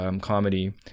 comedy